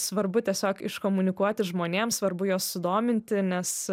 svarbu tiesiog iškomunikuoti žmonėms svarbu juos sudominti nes